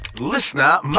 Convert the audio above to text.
Listener